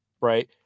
right